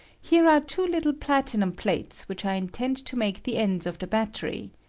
here are two little platinum plates which i intend to make the ends of the battery,